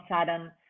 sudden